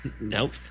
Nope